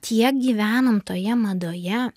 tiek gyvenom toje madoje